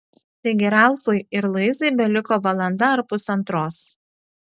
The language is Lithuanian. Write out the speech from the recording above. taigi ralfui ir luizai beliko valanda ar pusantros